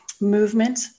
movement